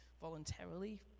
voluntarily